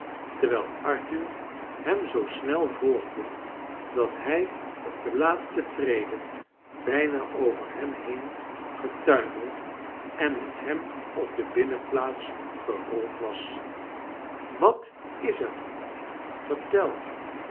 terwijl arthur hem zoo snel volgde dat hij op de laafcste trede bijna over hem heen getuimeld en met hem op de binnenplaats gerold was wat is er